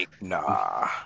Nah